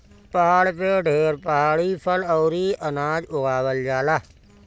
पहाड़ पे ढेर पहाड़ी फल अउरी अनाज उगावल जाला